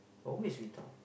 always we talk